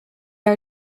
are